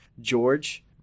George